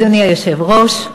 אדוני היושב-ראש,